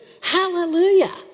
Hallelujah